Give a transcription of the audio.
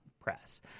press